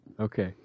Okay